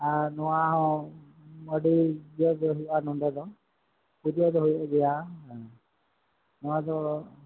ᱱᱚᱣᱟ ᱦᱚᱸ ᱟᱹᱰᱤ ᱤᱭᱟᱹ ᱜᱮ ᱦᱩᱭᱩᱜᱼᱟ ᱱᱚᱰᱮ ᱫᱚ ᱯᱩᱡᱟᱹ ᱫᱚ ᱦᱩᱭᱩᱜ ᱜᱮᱭᱟ ᱱᱚᱣᱟ ᱫᱚ